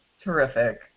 Terrific